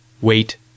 Wait